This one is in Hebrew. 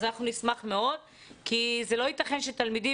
אז אנחנו נשמח מאוד כי זה לא יתכן שתלמידים